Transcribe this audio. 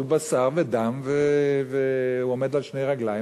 הוא בשר ודם והוא עומד על שתי רגליים,